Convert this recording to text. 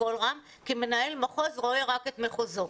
בקול רם שמנהל מחוז רואה רק את המחוז שלו.